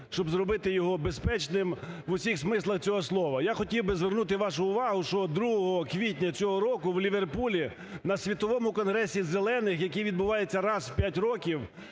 щоб зробити його безпечним у всіх смислах цього слова. Я хотів би звернути вашу увагу, що 2 квітня цього року в Ліверпулі на Світовому конгресі зелених, який відбувається раз в 5 років,